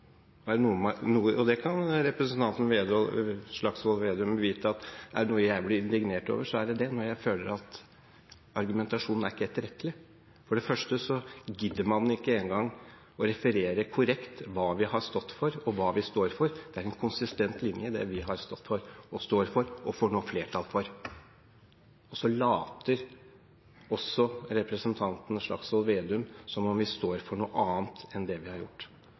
det når jeg føler at argumentasjonen ikke er etterrettelig. For det første gidder man ikke engang å referere korrekt hva vi har stått for, og hva vi står for. Det er en konsistent linje i det vi har stått for, og står for, og nå får flertall for – og så later også representanten Slagsvold Vedum som om vi står for noe annet enn det vi har gjort.